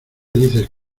dices